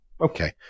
Okay